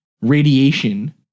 radiation